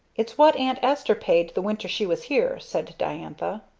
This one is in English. it's what aunt esther paid the winter she was here, said diantha.